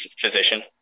physician